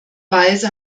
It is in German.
weise